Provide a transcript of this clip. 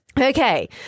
Okay